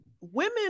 women